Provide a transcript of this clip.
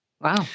wow